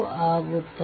ಆಗುತ್ತದೆ